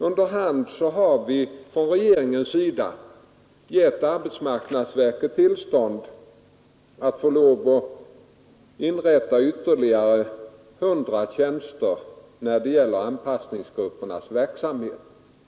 Under hand har regeringen givit arbetsmarknadsverket tillstånd att inrätta ytterligare 100 tjänster för anpassningsgruppernas verksamhet.